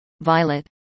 violet